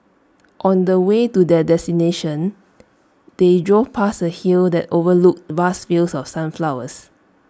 on the way to their destination they drove past A hill that overlooked vast fields of sunflowers